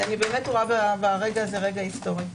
זה רגע היסטורי.